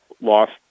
lost